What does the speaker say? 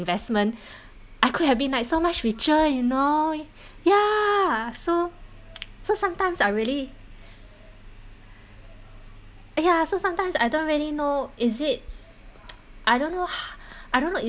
investment I could have been like so much richer you know ya so so sometimes I really uh ya so sometimes I don't really know is it I don't know h~ I don't know